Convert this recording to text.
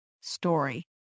story